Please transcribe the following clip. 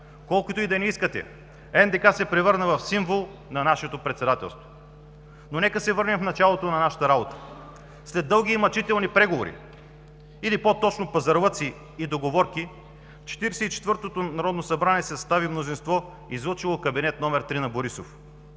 Колкото и да не искате, НДК се превърна в символ на нашето председателство. Нека обаче се върнем в началото на нашата работа. След дълги и мъчителни преговори, или по-точно пазарлъци и договорки, в Четиридесет и четвъртото народно събрание се състави мнозинство, излъчило кабинет № 3 на Борисов.